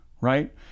Right